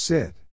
Sit